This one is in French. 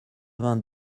vingt